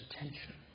attention